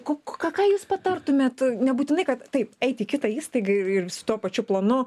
ko ką ką jūs patartumėt nebūtinai kad taip eit į kitą įstaigą ir ir su tuo pačiu planu